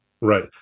Right